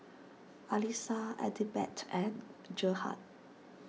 Alissa Adelbert and Gerhard